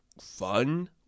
fun